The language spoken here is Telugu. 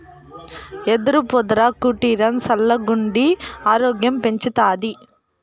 యెదురు పొదల కుటీరం సల్లగుండి ఆరోగ్యం పెంచతాది